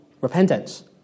repentance